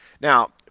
Now